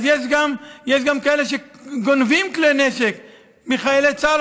אז יש גם כאלה שגונבים כלי נשק מחיילי צה"ל